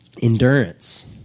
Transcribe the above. Endurance